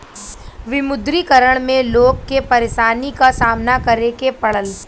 विमुद्रीकरण में लोग के परेशानी क सामना करे के पड़ल